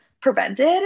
prevented